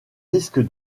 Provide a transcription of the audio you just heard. risque